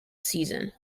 season